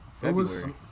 February